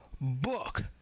book